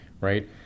right